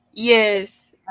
Yes